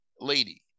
lady